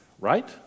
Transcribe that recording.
right